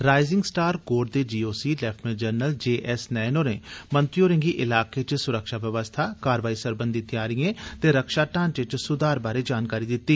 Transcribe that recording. rising star corps दे G O C lieutenant general JS Nayan होरें मंत्री होरें गी इलाके च सुरक्षा व्यवस्था कार्यवाही सरबंधी तैयारिए ते रक्षा ढांचे च सुधार बारै जानकारी दित्ती